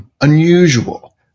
unusual